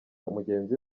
mugenzi